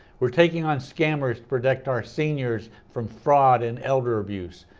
we're taking on scammers to protect our seniors from fraud and elder abuse.